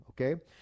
okay